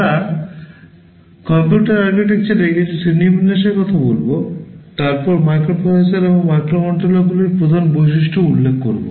আমরা কম্পিউটার আর্কিটেকচারের কিছু শ্রেণিবিন্যাসের কথা বলব তারপরে মাইক্রোপ্রসেসর এবং মাইক্রোকন্ট্রোলারগুলির প্রধান বৈশিষ্ট্য উল্লেখ করবো